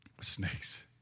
snakes